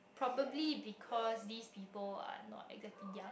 probably because these people are not exactly young